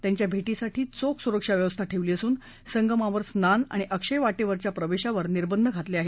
त्यांच्या भे साठी चोख सुरक्षा व्यस्था ठेवली असून संगमावर स्नान आणि अक्षय वा बिरच्या प्रवेशावर निर्बंध घातले आहेत